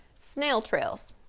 snail trails,